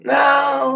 now